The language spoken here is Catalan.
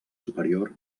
superior